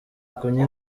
kunywa